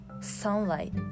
sunlight